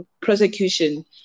prosecution